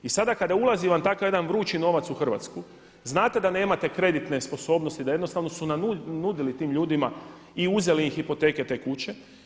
I sada kada ulazi vam takav jedan vrući novac u Hrvatsku, znate da nemate kreditne sposobnosti, da jednostavno su nudili tim ljudima i uzeli hipoteke te kuće.